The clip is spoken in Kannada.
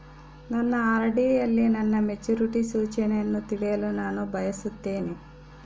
ನನ್ನ ಆರ್.ಡಿ ಯಲ್ಲಿ ನನ್ನ ಮೆಚುರಿಟಿ ಸೂಚನೆಯನ್ನು ತಿಳಿಯಲು ನಾನು ಬಯಸುತ್ತೇನೆ